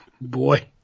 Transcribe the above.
Boy